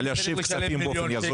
להשיב כספים באופן יזום.